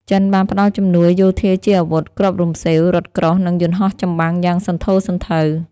ចិនបានផ្ដល់ជំនួយយោធាជាអាវុធ គ្រាប់រំសេវ រថក្រោះ និងយន្តហោះចម្បាំងយ៉ាងសន្ធោសន្ធៅ។